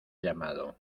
llamado